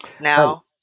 now